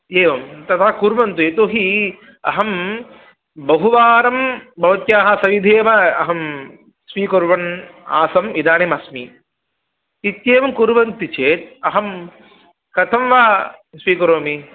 एवं तथा कुर्वन्तु यतो हि अहं बहुवारं भवत्याः सविधे एव अहं स्वीकुर्वन् आसम् इदानीम् अस्मि इत्येवं कुर्वन्ति चेत् अहं कथं वा स्वीकरोमि